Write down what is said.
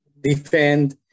defend